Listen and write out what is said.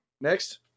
Next